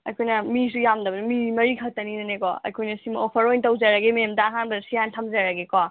ꯑꯩꯈꯣꯏꯅ ꯃꯤꯁꯨ ꯌꯥꯝꯗꯕꯅꯤꯅ ꯃꯤ ꯃꯔꯤ ꯈꯛꯇꯅꯤꯅꯅꯦ ꯀꯣ ꯑꯩꯈꯣꯏꯅ ꯁꯤꯃ ꯑꯣꯐꯔ ꯑꯣꯏꯅ ꯇꯧꯖꯔꯒꯦ ꯃꯦꯝꯗ ꯑꯍꯥꯟꯕꯗ ꯁꯤ ꯍꯥꯟꯅ ꯊꯝꯖꯔꯒꯦ ꯀꯣ